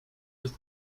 his